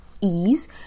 ease